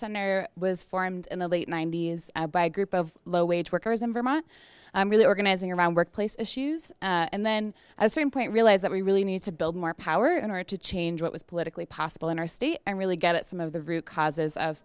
center was formed in the late ninety's by a group of low wage workers in vermont i'm really organizing around workplace issues and then i see him point realize that we really need to build more power in order to change what was politically possible in our state and really get at some of the root causes of